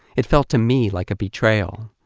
it felt to me like a betrayal.